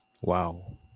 Wow